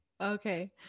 Okay